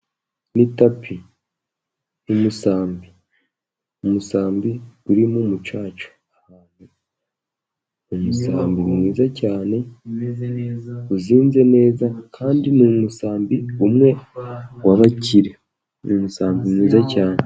Ni tapi. Umusambi. Umusambi uri mu mucaca ahantu, umusambi mwiza cyane, uzinze neza, kandi ni umusambi umwe w'abakire. Ni umusambi mwiza cyane.